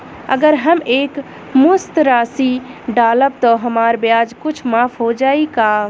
अगर हम एक मुस्त राशी डालब त हमार ब्याज कुछ माफ हो जायी का?